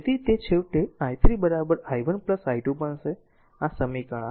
તેથી તે છેવટે i3 i1 i2 બનશે આ સમીકરણ 8